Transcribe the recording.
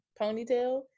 ponytail